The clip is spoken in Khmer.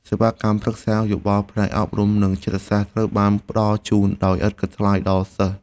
សេវាកម្មប្រឹក្សាយោបល់ផ្នែកអប់រំនិងចិត្តសាស្ត្រត្រូវបានផ្តល់ជូនដោយឥតគិតថ្លៃដល់សិស្ស។